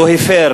לא הפר